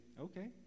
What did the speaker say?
Okay